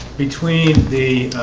between the